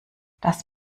das